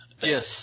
Yes